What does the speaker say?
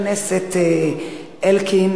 לתוצאות ההצבעה על הצעת חוק בתי-דין